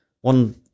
one